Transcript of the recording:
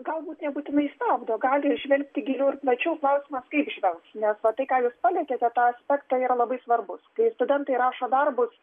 galbūt nebūtinai stabdo gali žvelgti giliau ir plačiau klausimas kaip žvelgs nes va tai ką jūs palietėte tą aspektą yra labai svarbus kai studentai rašo darbus